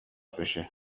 بشه